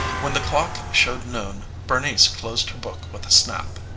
when the clock showed noon bernice closed her book with a snap.